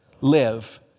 live